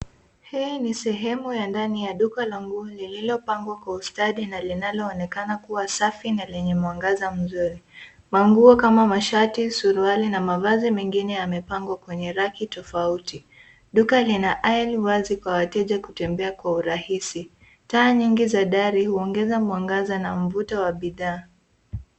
Hii ni sehemu ya ndani ya duka la nguo lililopangwa kwa ustadi na linaloonekana kuwa safi na lenye mwangaza mzuri. Manguo kama mashati, suruali na mavazi mengine yamepangwa kwenye raki tofauti. Duka lina aisle wazi kwa wateja kutembea kwa urahisi. Taa nyingi za dari huongeza mwangaza na mvuto wa bidhaa.